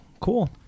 cool